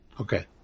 Okay